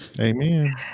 Amen